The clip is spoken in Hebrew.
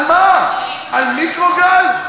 על מה, על מיקרוגל?